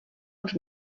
uns